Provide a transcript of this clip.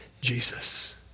Jesus